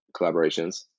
collaborations